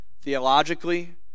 theologically